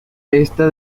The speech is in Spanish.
esta